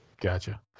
Gotcha